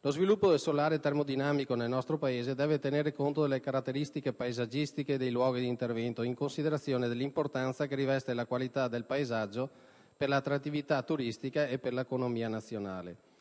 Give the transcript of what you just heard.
lo sviluppo del solare termodinamico nel nostro Paese deve tenere conto delle caratteristiche paesaggistiche dei luoghi di intervento, in considerazione dell'importanza che riveste la qualità del paesaggio per l'attrattività turistica e per l'economia nazionale;